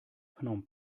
phnom